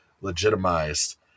legitimized